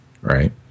right